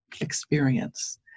experience